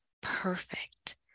perfect